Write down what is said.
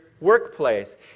workplace